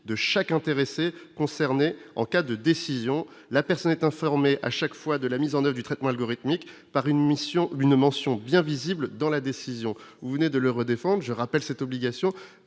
de chaque intéressé concernés en cas de décision, la personne est informé à chaque fois de la mise en eau du traitement algorithmique par une mission d'une mention bien visible dans la décision, vous venez de l'Euro défendent je rappelle cette obligation-là